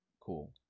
cool